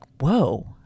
whoa